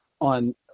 on